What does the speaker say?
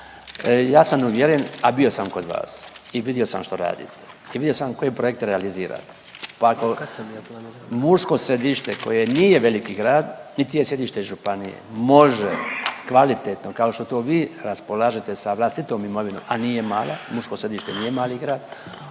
ja sam uvjeren, a bio sam kod vas i vidio sam što radite i vidio sam koje projekte realizirate pa ako Mursko Središte koje nije veliki grad niti je sjedište županije može kvalitetno kao što to vi raspolažete sa vlastitom imovinom, a nije mala, Mursko Središte nije mali grad